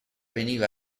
veniva